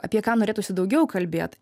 apie ką norėtųsi daugiau kalbėt